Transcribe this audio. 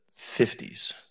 50s